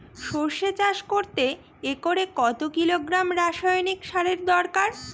সরষে চাষ করতে একরে কত কিলোগ্রাম রাসায়নি সারের দরকার?